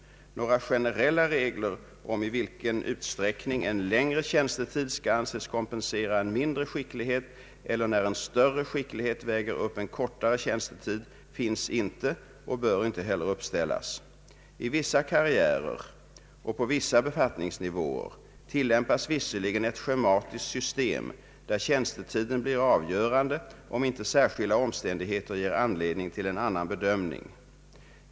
Några generella regler om i vilken utsträckning en längre tjänstetid kan anses kompensera en mindre skicklighet eller när en större skicklighet väger upp en kortare tjänstetid finns inte och bör inte heller uppställas. I vissa karriärer och på vissa befattningsnivåer tillämpas visserligen ett schematiskt system, där tjänstetiden blir avgörande om inte särskilda omständigheter ger anledning till en annan bedömning.